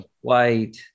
White